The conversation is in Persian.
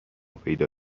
پیدا